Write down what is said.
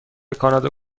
کانادا